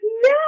No